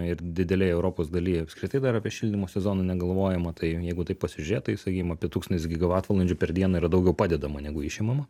ir didelėj europos dalyj apskritai dar apie šildymo sezoną negalvojama tai jeigu taip pasižiūrėt tai sakykim apie tūkstantis gigavatvalandžių per dieną yra daugiau padedama negu išimama